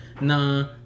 Nah